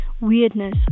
weirdness